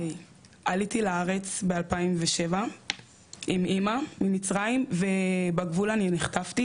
עליתי לארץ ב- 2007 עם אמא ממצרים ובגבול אני נחטפתי